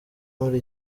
muri